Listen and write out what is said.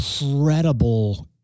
incredible